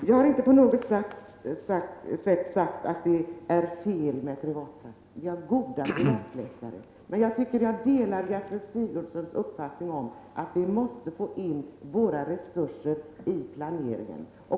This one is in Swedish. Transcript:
Jag har ingalunda sagt att det är fel med privatpraktik. Vi har goda privatläkare. Men jag delar Gertrud Sigurdsens uppfattning, att vi måste räkna med våra resurser i planeringen.